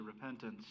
repentance